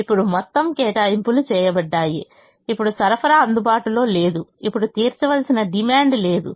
ఇప్పుడు మొత్తం కేటాయింపులు చేయబడ్డాయి ఇప్పుడు సరఫరా అందుబాటులో లేదు ఇప్పుడు తీర్చవలసిన డిమాండ్ లేదు